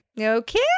Okay